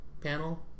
panel